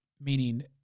meaning